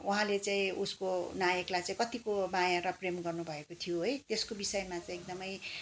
उहाँले चाहिँ उसको नायकलाई चाहिँ कतिको माया र प्रेम गर्नु भएको थियो है त्यसको विषयमा चाहिँ एकदमै